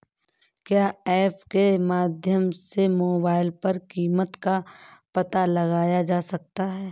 क्या ऐप के माध्यम से मोबाइल पर कीमत का पता लगाया जा सकता है?